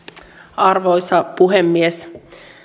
arvoisa puhemies